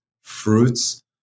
fruits